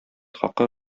хакы